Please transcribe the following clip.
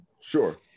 Sure